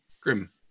Grim